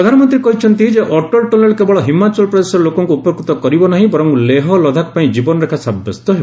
ପ୍ରଧାନମନ୍ତ୍ରୀ କହିଛନ୍ତି ଅଟଳ ଟନେଲ କେବଳହିମାଚଳ ପ୍ରଦେଶର ଲୋକଙ୍କ ଉପକୃତ କରିବ ନାହିଁ ବରଂ ଲେହ ଲଦାଖ ପାଇଁ ଜୀବନରେଖା ସାବ୍ୟସ୍ତ ହେବ